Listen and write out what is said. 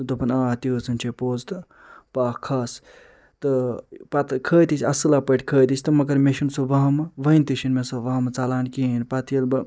دوٚپُن آ تیٖژہٕن چھے پوٚز تہٕ پَکھ کھَس تہٕ پتہٕ کھٔتۍ أسۍ اصٕلَہ پٲٹھۍ کھٔتۍ أسۍ تہٕ مگر مےٚ چھُنہٕ سُہ وَہمہٕ وٕنۍ تہِ چھُنہِ مےٚ سُہ وَہمہٕ ژلان کِہیٖنۍ پتہٕ ییٚلہِ بہٕ